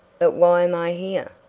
but why am i here?